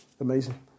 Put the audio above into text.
amazing